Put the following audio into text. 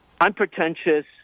unpretentious